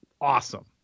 awesome